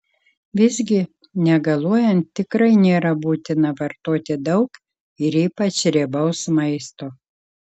visgi negaluojant tikrai nėra būtina vartoti daug ir ypač riebaus maisto